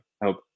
help